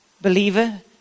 believer